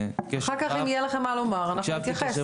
אחר כך אם יהיה לך מה להגיד אני אתן לכולם